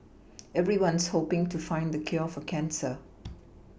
everyone's hoPing to find the cure for cancer